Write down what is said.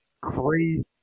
crazy